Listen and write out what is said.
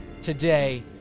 today